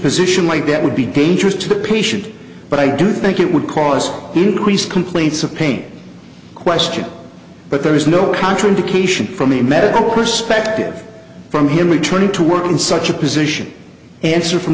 position like that would be dangerous to the patient but i do think it would cause increased complaints of pain question but there is no contradiction from a medical perspective from him returning to work in such a position answer from